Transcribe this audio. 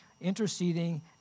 interceding